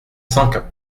cent